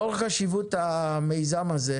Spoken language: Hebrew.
לאור חשיבות המיזם הזה,